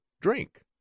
drink